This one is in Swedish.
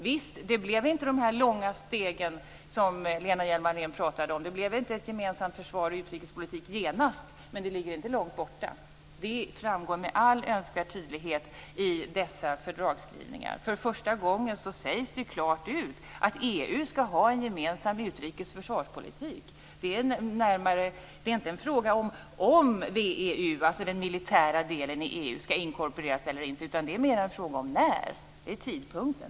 Visserligen blev det inte de långa stegen som Lena Hjelm-Wallén pratade om, det blev inte en gemensam försvars och utrikespolitik genast, men det ligger inte långt borta. Det framgår med all önskvärd tydlighet i dessa fördragsskrivningar. För första gången sägs det klart ut att EU skall ha en gemensam utrikes och försvarspolitik. Det är inte en fråga om VEU, dvs. den militära delen i EU, skall inkorporeras eller inte, utan det är mera en fråga om när. Det handlar om tidpunkten.